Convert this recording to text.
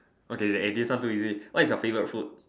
okay this one too easy what's your favourite food